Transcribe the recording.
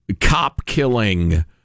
cop-killing